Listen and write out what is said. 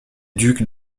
ducs